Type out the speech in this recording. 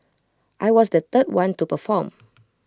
I was the third one to perform